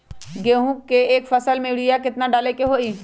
गेंहू के एक फसल में यूरिया केतना डाले के होई?